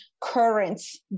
currents